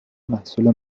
محصول